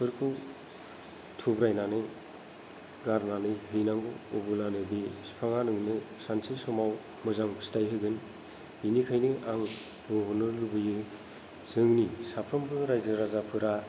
फोरखौ थुब्रायनानै गारनानै हैनांगौ अब्लानो बे बिफाङा नोंनो सानसे समाव मोजां फिथाइ होगोन बेनिखायनो आं बुंहरनो लुबैयो जोंनि साफ्रोमबो रायजो राजाफोरा